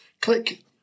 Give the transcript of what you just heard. click